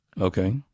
Okay